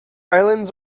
islands